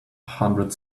hundred